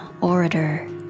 orator